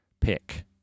pick